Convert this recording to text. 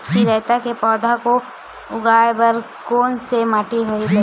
चिरैता के पौधा को उगाए बर कोन से माटी लगही?